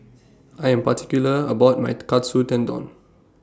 I Am particular about My Katsu Tendon